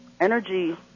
energy